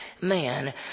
man